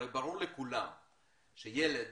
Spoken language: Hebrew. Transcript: הרי ברור לכולם שילד